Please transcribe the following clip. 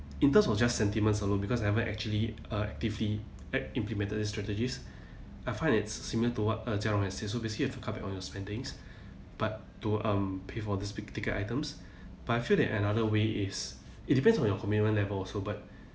in terms of just sentiments a lot because I haven't actually uh actively act implemented these strategies I find it's similar to what err jia rong has says so basically you have to cut back on your spendings but to um pay for this big ticket items but I feel that another way is it depends on your commitment level also but